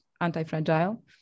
anti-fragile